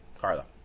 Carla